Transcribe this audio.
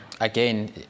again